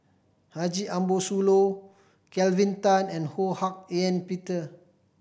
Haji Ambo Sooloh Kelvin Tan and Ho Hak Ean Peter